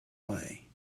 way